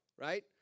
right